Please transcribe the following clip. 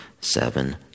seven